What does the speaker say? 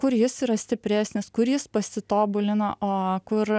kur jis yra stipresnis kur jis pasitobulino o kur